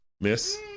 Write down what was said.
Miss